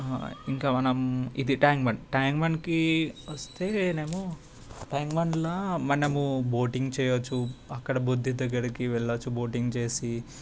ఇంకా మనం ఇది ట్యాంక్ బండ్ ట్యాంక్ బండ్కి వస్తేనేమో ట్యాంక్ బండ్లో మనము బోటింగ్ చేయొచ్చు అక్కడ బుద్ధుడు దగ్గరికి వెళ్ళొచ్చు బోటింగ్ చేసి